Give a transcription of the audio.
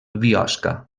biosca